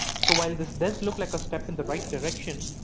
so while this does look like a step in the right direction,